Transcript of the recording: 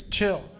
Chill